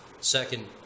Second